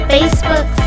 Facebook